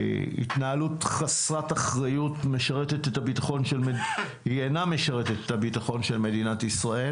התנהלות חסרת אחריות אינה משרתת את הביטחון של מדינת ישראל